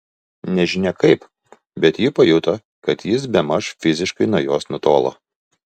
nežinia kaip bet ji pajuto kad jis bemaž fiziškai nuo jos nutolo